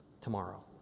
tomorrow